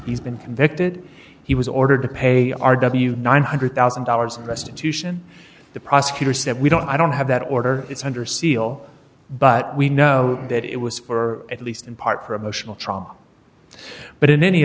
he's been convicted he was ordered to pay our w nine hundred thousand dollars restitution the prosecutor said we don't i don't have that order it's under seal but we know that it was for at least in part for emotional trauma but in any